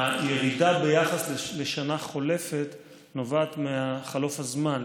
הירידה ביחס לשנה החולפת נובעת מחלוף הזמן.